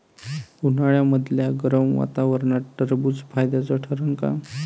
उन्हाळ्यामदल्या गरम वातावरनात टरबुज फायद्याचं ठरन का?